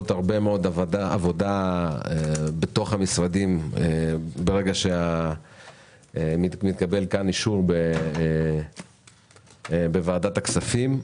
הרבה מאוד עבודה בתוך המשרדים ברגע שמתקבל אישור בוועדת הכספים.